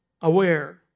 aware